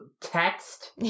text